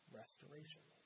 restoration